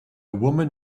woman